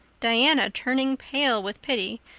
diana, turning pale with pity,